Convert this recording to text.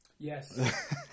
Yes